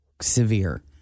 severe